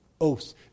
Oaths